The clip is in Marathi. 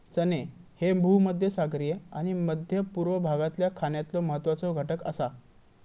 चणे ह्ये भूमध्यसागरीय आणि मध्य पूर्व भागातल्या खाण्यातलो महत्वाचो घटक आसा